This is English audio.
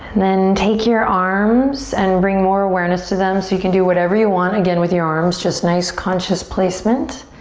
then take your arms and bring more awareness to them. so you can do whatever you want, again with your arms. just nice, conscious placement.